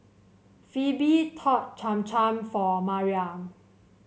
Pheobe taught Cham Cham for Mariah